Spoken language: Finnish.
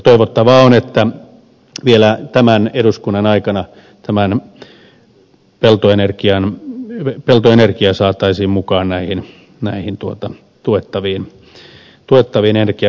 toivottavaa on että vielä tämän eduskunnan aikana tämä peltoenergia saataisiin mukaan näihin tuettaviin energiamuotoihin